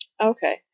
Okay